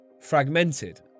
fragmented